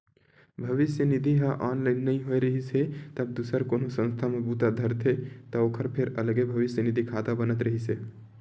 भविस्य निधि ह ऑनलाइन नइ होए रिहिस हे तब दूसर कोनो संस्था म बूता धरथे त ओखर फेर अलगे भविस्य निधि खाता बनत रिहिस हे